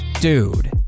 Dude